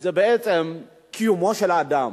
זה בעצם קיומו של האדם.